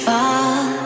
Fall